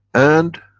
and,